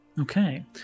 Okay